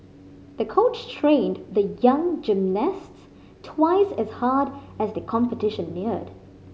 the coach trained the young gymnast twice as hard as the competition neared